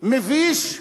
מביש,